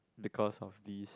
because of these